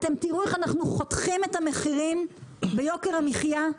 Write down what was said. אתם תראו איך אנחנו חותכים את המחירים ביוקר המחייה,